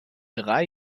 drei